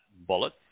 bullet